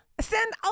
send